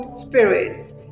spirits